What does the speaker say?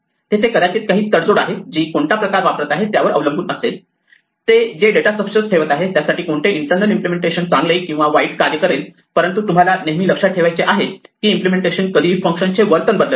तिथे कदाचित काही तडजोड आहे जी ते कोणता प्रकार वापरत आहे त्यावर अवलंबून असेल ते जे डेटा स्ट्रक्चर ठेवत आहेत त्यासाठी कोणते इंटरनल इम्पलेमेंटेशन चांगले किंवा वाईट कार्य करेल परंतु तुम्हाला नेहमी लक्षात ठेवायचे आहे की इम्पलेमेंटेशन कधीही फंक्शनचे वर्तन बदलत नाही